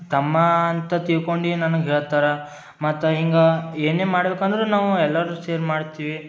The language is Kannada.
ತಮ್ಮ ಅಂತ ತಿಳ್ಕೊಂಡು ನನಗೆ ಹೇಳ್ತಾರೆ ಮತ್ತು ಹಿಂಗೆ ಏನೇ ಮಾಡಬೇಕಂದ್ರು ನಾವು ಎಲ್ಲರು ಶೇರ್ ಮಾಡ್ತೀವಿ